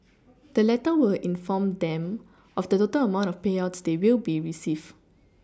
the letter will inform them of the total amount of payouts they will be receive